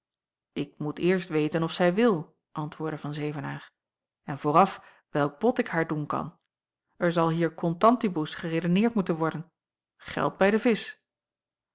ik moet eerst weten of zij wil antwoordde van zevenaer en vooraf welk bod ik haar doen kan er zal hier contantibus geredeneerd moeten worden geld bij de visch